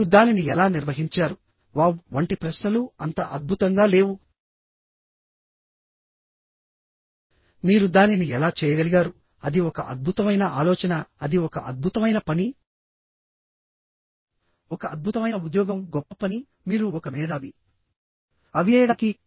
మీరు దానిని ఎలా నిర్వహించారు వావ్ వంటి ప్రశ్నలు అంత అద్భుతంగా లేవు మీరు దానిని ఎలా చేయగలిగారు అది ఒక అద్భుతమైన ఆలోచన అది ఒక అద్భుతమైన పని ఒక అద్భుతమైన ఉద్యోగం గొప్ప పని మీరు ఒక మేధావి అవి చేయడానికి